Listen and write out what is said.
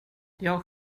jag